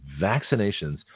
vaccinations